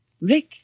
Rick